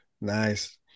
Nice